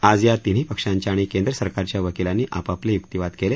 आज या तिन्ही पक्षांच्या आणि केंद्र सरकारच्या वकिलांनी आपापले युक्तिवाद केले